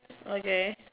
okay